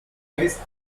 kreis